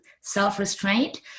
self-restraint